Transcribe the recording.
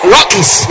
Rockies